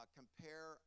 compare